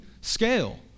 scale